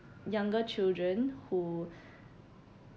younger children who